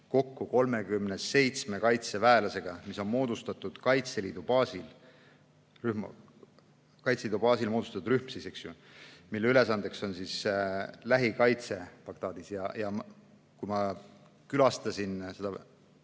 kokku 37 kaitseväelasega, mis on moodustatud Kaitseliidu baasil. Kaitseliidu baasil moodustatud rühm siis, eks ju, mille ülesandeks on lähikaitse Bagdadis. Kui ma külastasin seda